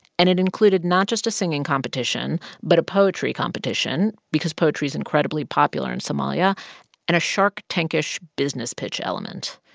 and it included not just a singing competition but a poetry competition because poetry is incredibly popular in somalia and a shark tank ish business pitch element.